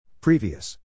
Previous